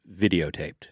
videotaped